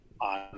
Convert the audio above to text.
on